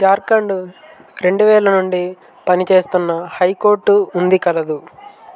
జార్ఖండ్ రెండు వేల నుండి పని చేస్తున్న హైకోర్టు ఉంది కలదు